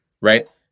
right